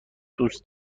دوست